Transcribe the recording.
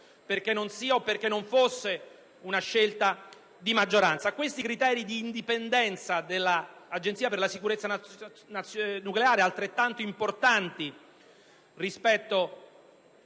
fare di tutto perché non sia una scelta di maggioranza. Ai criteri di indipendenza dell'Agenzia per la sicurezza nucleare (altrettanto importanti rispetto